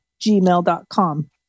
gmail.com